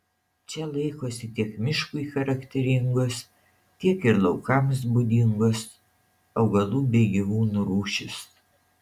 čia laikosi tiek miškui charakteringos tiek ir laukams būdingos augalų bei gyvūnų rūšys